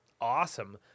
awesome